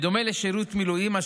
בדומה לשירות מילואים,